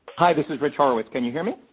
hi, this is rich horowitz. can you hear me?